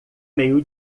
meio